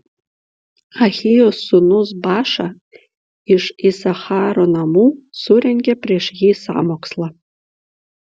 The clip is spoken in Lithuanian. ahijos sūnus baša iš isacharo namų surengė prieš jį sąmokslą